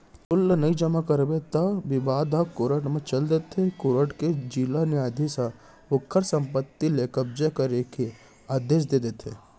loan ल नइ जमा करबे त ओ बिबाद ह कोरट म चल देथे कोरट के जिला न्यायधीस ह ओखर संपत्ति ले कब्जा करे के आदेस दे देथे